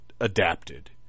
adapted